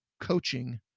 coaching